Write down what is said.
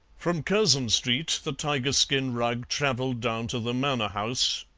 from curzon street the tiger-skin rug travelled down to the manor house,